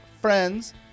friends